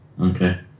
Okay